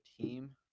team